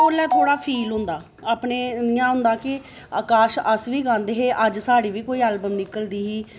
ओल्लै थोह्ड़ा फील होंदा अपने इ'यां कि काश अस बी गांदे हे अज्ज साढ़ी बी कोई एल्बम निकलदी ही